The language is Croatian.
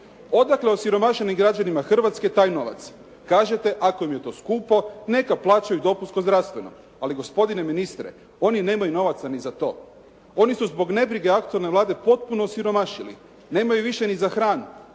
Odakle osiromašenim građanima Hrvatske taj novac? Kažete, ako im je to skupo neka plaćaju dopunsko zdravstveno. Ali gospodine ministre, oni nemaju novaca ni za to. Oni su zbog nebrige aktualne Vlade potpuno osiromašili, nemaju više ni za hranu.